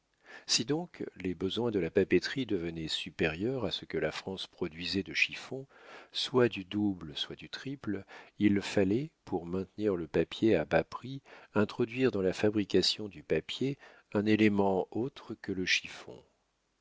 si donc les besoins de la papeterie devenaient supérieurs à ce que la france produisait de chiffon soit du double soit du triple il fallait pour maintenir le papier à bas prix introduire dans la fabrication du papier un élément autre que le chiffon